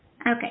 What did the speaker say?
Okay